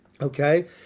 Okay